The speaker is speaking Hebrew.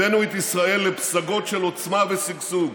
הבאנו את ישראל לפסגות של עוצמה ושגשוג,